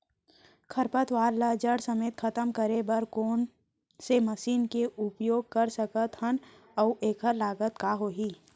खरपतवार ला जड़ समेत खतम करे बर कोन से मशीन के उपयोग कर सकत हन अऊ एखर लागत का होही?